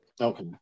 Okay